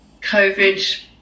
COVID